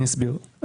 אני אסביר.